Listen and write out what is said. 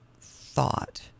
thought